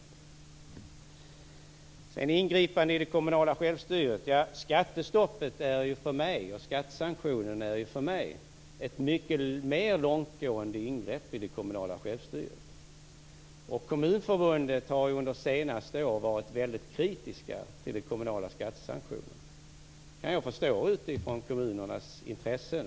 Det talas om ingripande i det kommunala självstyret. Skattestoppet och skattesanktionen är för mig ett mycket mer långtgående ingrepp i det kommunala självstyret. Kommunförbundet har under senare år varit mycket kritiskt till de kommunala skattesanktionerna. Det kan jag förstå utifrån kommunernas intressen.